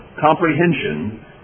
comprehension